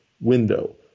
window